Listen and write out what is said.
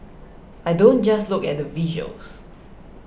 I don't just look at the visuals